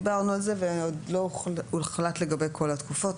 דיברנו על זה ועוד לא הוחלט לגבי כל התקופות,